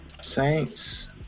Saints